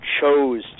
chose